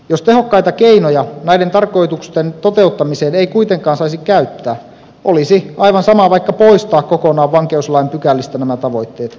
jos tehokkaita keinoja näiden tarkoitusten toteuttamiseen ei kuitenkaan saisi käyttää olisi aivan sama vaikka poistaisi kokonaan vankeuslain pykälistä nämä tavoitteet